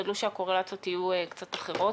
תשדלו שהקורלציות יהיו אחרות.